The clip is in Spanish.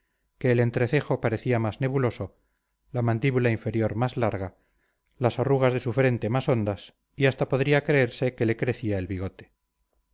que el entrecejo parecía más nebuloso la mandíbula inferior más larga las arrugas de su frente más hondas y hasta podría creerse que le crecía el bigote